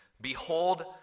Behold